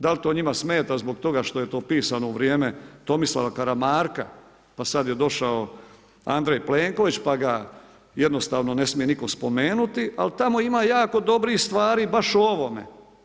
Dal to njima smeta zbog toga što je to pisano u vrijeme Tomislava Karamarka pa sad je došao Andrej Plenković pa ga jednostavno ne smije nitko spomenuti, ali tamo ima jako dobrih stvari baš o ovome.